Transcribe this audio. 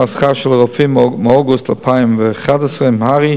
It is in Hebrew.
השכר של הרופאים מאוגוסט 2011 עם הר"י